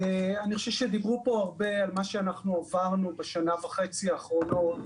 אני חושב שדיברו פה הרבה על מה שעברנו בשנה וחצי האחרונות,